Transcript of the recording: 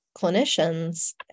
clinicians